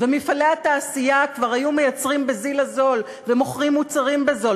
ומפעלי התעשייה כבר היו מייצרים בזיל הזול ומוכרים מוצרים בזול,